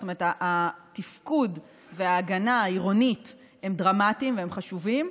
זאת אומרת התפקוד וההגנה העירוניים הם דרמטיים והם חשובים.